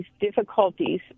difficulties